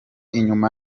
inyuma